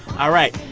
all right.